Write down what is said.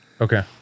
okay